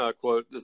quote